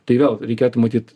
tai vėl reikėtų matyt